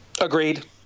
Agreed